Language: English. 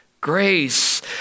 grace